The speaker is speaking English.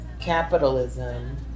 capitalism